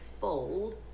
fold